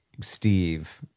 Steve